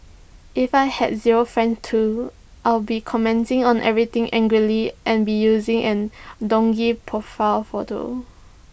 if I had zero friends too I'd be commenting on everything angrily and be using an dodgy profile photo